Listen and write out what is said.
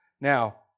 Now